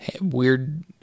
weird